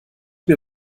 mir